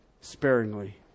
sparingly